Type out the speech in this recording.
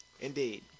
Indeed